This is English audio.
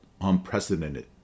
unprecedented